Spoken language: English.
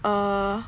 err